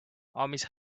armies